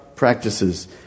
practices